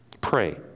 Pray